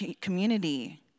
community